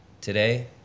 today